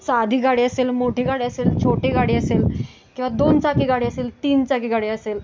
साधी गाडी असेल मोठी गाडी असेल छोटी गाडी असेल किंवा दोनचाकी गाडी असेल तीनचाकी गाडी असेल